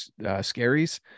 scaries